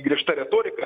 griežta retorika